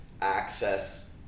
access